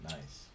Nice